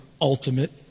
ultimate